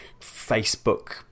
Facebook